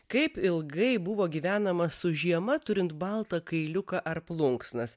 kaip ilgai buvo gyvenama su žiema turint baltą kailiuką ar plunksnas